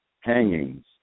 hangings